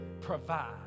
provide